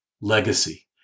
legacy